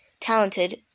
talented